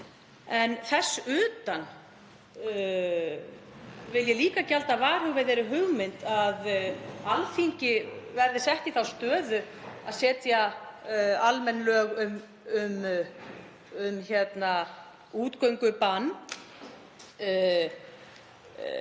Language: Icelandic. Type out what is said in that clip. Þess utan vil ég líka gjalda varhuga við þeirri hugmynd að Alþingi verði sett í þá stöðu að setja almenn lög um útgöngubann